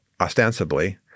ostensibly